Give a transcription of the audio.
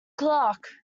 clock